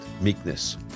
meekness